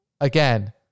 again